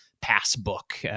passbook